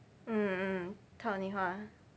mm mm